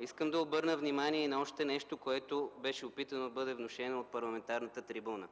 Искам да обърна внимание и на още нещо, което беше опитано да бъде внушено от парламентарната трибуна.